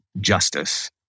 justice